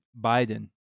biden